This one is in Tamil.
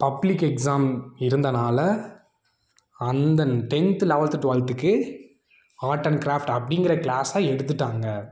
பப்ளிக் எக்ஸாம் இருந்தனால் அந்த டென்த் லெவன்த் டுவெல்த்துக்கு ஆர்ட் அண்ட் கிராஃப்ட் அப்படிங்கிற க்ளாஸை எடுத்துவிட்டாங்க